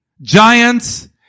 giants